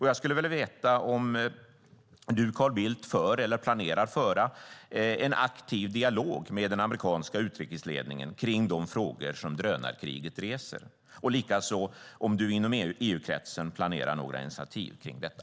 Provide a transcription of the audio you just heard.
Jag skulle vilja veta om Carl Bildt för eller planerar att föra en aktiv dialog med den amerikanska utrikesledningen kring de frågor som drönarkriget reser och likaså om han inom EU-kretsen planerar några initiativ kring detta.